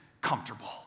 comfortable